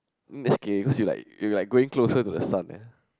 mm scary cause you like you like going closer to the sun eh